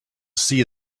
see